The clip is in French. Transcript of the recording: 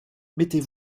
mettez